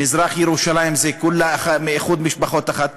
מזרח-ירושלים זה כולה איחוד משפחות אחד,